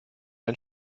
ein